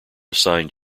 assigned